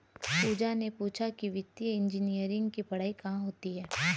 पूजा ने पूछा कि वित्तीय इंजीनियरिंग की पढ़ाई कहाँ होती है?